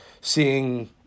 seeing